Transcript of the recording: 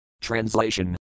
Translation